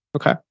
Okay